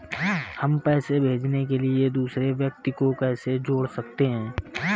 हम पैसे भेजने के लिए दूसरे व्यक्ति को कैसे जोड़ सकते हैं?